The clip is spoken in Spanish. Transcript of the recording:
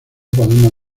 podemos